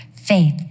Faith